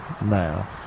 now